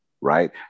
right